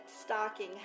stocking